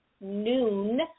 noon